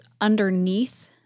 underneath